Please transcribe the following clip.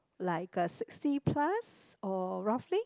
like uh sixty plus or roughly